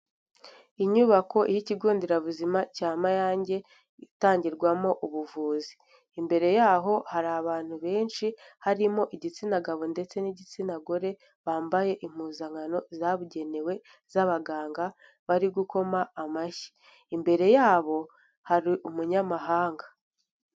Inyubako y'ikigo nderabuzima cya Mayange itangirwamo ubuvuzi, imbere yaho hari abantu benshi harimo igitsina gabo ndetse n'igitsina gore bambaye impuzankano zabugenewe z'abaganga bari gukoma amashyi, imbere yabo hari umunyamahanga.